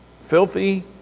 Filthy